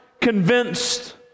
convinced